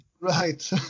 right